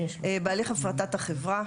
בהליך הפרטת החברה,